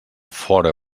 fóra